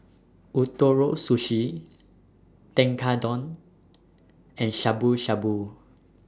Ootoro Sushi Tekkadon and Shabu Shabu